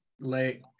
late